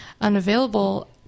unavailable